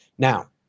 Now